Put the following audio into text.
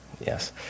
Yes